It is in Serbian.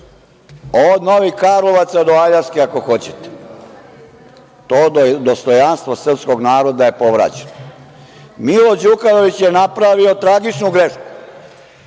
od Novih Karlovaca do Aljaske, ako hoćete. To dostojanstvo srpskog naroda je povraćeno. Milo Đukanović je napravio tragičnu grešku